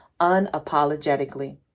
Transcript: unapologetically